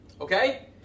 Okay